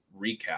recap